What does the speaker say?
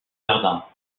jardins